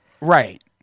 right